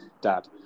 Dad